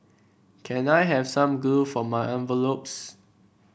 can I have some glue for my envelopes